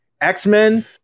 X-Men